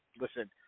listen